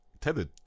tethered